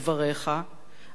אבל בכל זאת אומר אותם,